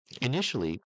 Initially